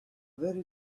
very